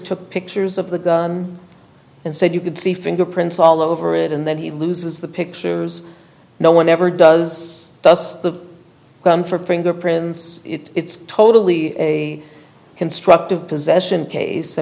took pictures of the gun and said you could see fingerprints all over it and then he loses the pictures no one ever does thus the gun for fingerprints it's totally a constructive possession case i